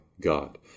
God